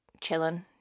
chilling